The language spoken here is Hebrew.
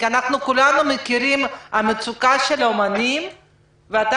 כולנו מכירים את המצוקה של האומנים ואתה